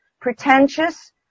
pretentious